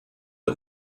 der